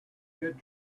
good